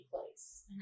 place